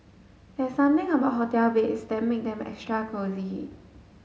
there's something about hotel beds that make them extra cosy